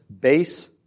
base